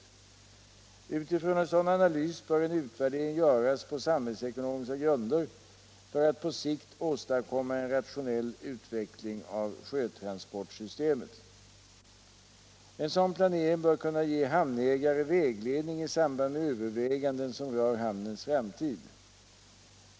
Med utgångspunkt i en sådan analys bör en utvärdering göras på samhällsekonomiska grunder för att på sikt åstadkomma en rationell utveckling av sjötransportsystemet. En sådan planering bör kunna ge hamnägare vägledning i samband med överväganden som rör hamnens framtid.